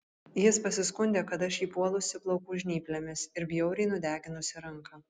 jis pasiskundė kad aš jį puolusi plaukų žnyplėmis ir bjauriai nudeginusi ranką